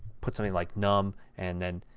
put something like num and then